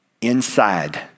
Inside